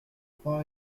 trois